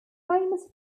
famous